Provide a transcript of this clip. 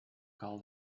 call